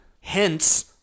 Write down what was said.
Hence